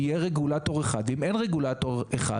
אם אין רגולטור אחד